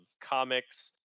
comics